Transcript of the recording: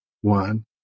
one